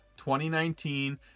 2019